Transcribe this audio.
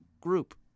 group